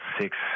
six